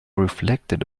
reflected